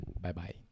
Bye-bye